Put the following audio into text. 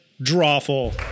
Drawful